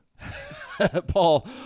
Paul